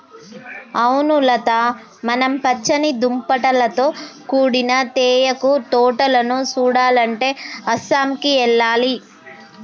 అవును లత మనం పచ్చని దుప్పటాలతో కూడిన తేయాకు తోటలను సుడాలంటే అస్సాంకి ఎల్లాలి